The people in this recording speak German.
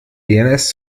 dns